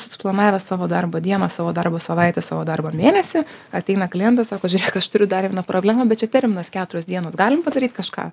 susiplanavęs savo darbo dieną savo darbo savaitę savo darbo mėnesį ateina klientas sako žiūrėk aš turiu dar vieną problemą bet čia terminas keturios dienos galim padaryti kažką